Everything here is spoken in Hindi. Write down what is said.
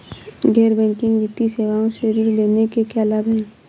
गैर बैंकिंग वित्तीय सेवाओं से ऋण लेने के क्या लाभ हैं?